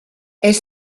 elle